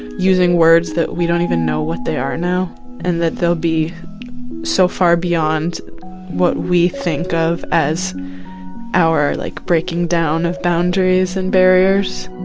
using words that we don't even know what they are now and that they'll be so far beyond what we think of as our, like, breaking down of boundaries and barriers